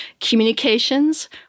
communications